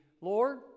Lord